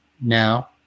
Now